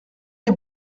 des